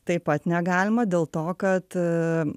taip pat negalima dėl to kad